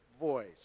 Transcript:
voice